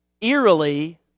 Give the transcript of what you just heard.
eerily